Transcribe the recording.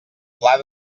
pla